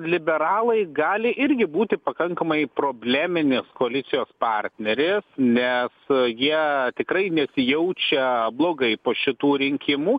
liberalai gali irgi būti pakankamai probleminis koalicijos partneris nes jie tikrai nesijaučia blogai po šitų rinkimų